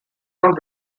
not